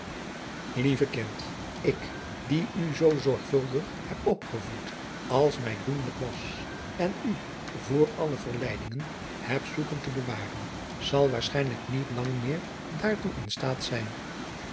lieve kind ik die u zoo zorgvuldig heb opgevoed als mij doenlijk was en u voor alle verleidingen heb zoeken te bewaren zal waarschijnlijk niet lang meer daartoe in staat zijn